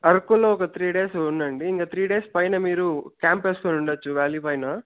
అరకులో ఒక three days ఉండండి ఇంకా త్రీ డేస్ పైన మీరు క్యాంప్ వేసుకొని ఉండవచ్చు వ్యాలీ పైన